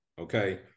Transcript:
Okay